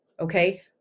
Okay